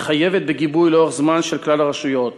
היא חייבת בגיבוי לאורך זמן של כלל הרשויות.